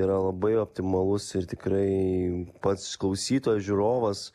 yra labai optimalus ir tikrai pats klausytojas žiūrovas